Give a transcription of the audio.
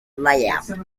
layout